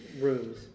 rooms